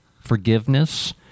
forgiveness